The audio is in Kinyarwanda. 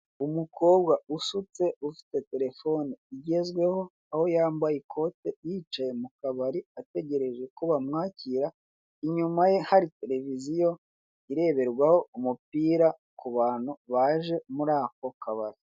Umukobwa usutse ufite telefone igezweho aho yambaye ikote yicaye mu kabari ategereje ko bamwakira, inyuma ye hari televiziyo ireberwaho umupira ku bantu baje muri ako kabari.